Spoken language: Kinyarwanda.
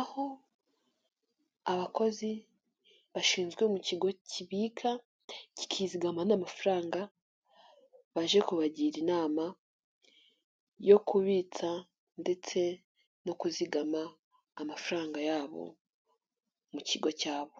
aho abakozi bashinzwe mu kigo kibika kizigama n'amafaranga baje kubagira inama yo kubitsa ndetse no kuzigama amafaranga yabo mu kigo cyabo.